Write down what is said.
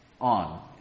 on